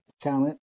talent